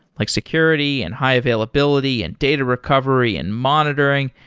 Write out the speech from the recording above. like security, and high availability, and data recovery, and monitoring,